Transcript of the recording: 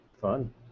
Fun